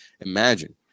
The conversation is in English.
Imagine